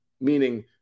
meaning